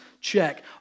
Check